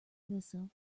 missile